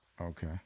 Okay